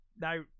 now